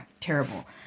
terrible